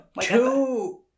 Two